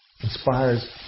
inspires